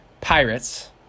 Pirates